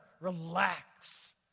relax